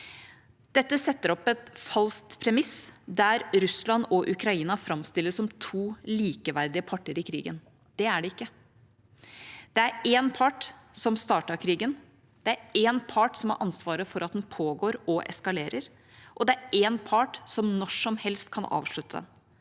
Dette setter opp et falskt premiss der Russland og Ukraina framstilles som to likeverdige parter i krigen. Det er de ikke. Det er én part som startet krigen, det er én part som har ansvaret for at den pågår og eskalerer, og det er én part som når som helst kan avslutte